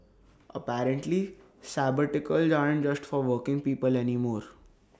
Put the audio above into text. apparently sabbaticals aren't just for working people anymore